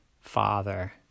father